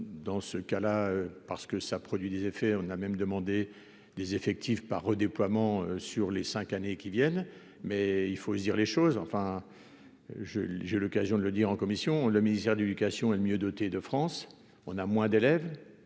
dans ce cas-là, parce que ça produit des effets, on a même demandé des effectifs par redéploiement sur les 5 années qui viennent, mais il faut dire les choses, enfin je j'ai l'occasion de le dire, en commission, le ministère de l'éducation et le mieux doté de France, on a moins d'élèves,